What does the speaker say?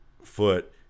foot